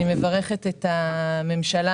אני מברכת את הממשלה,